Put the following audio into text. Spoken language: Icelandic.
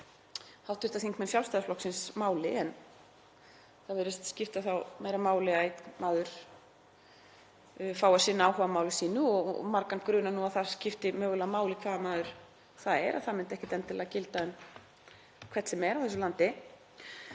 að skipta hv. þingmenn Sjálfstæðisflokksins máli en það virðist skipta þá meira máli að einn maður fái að sinna áhugamáli sínu og margan grunar að það skipti mögulega máli hvaða maður það er, að það myndi ekkert endilega gilda um hvern sem er á þessu landi.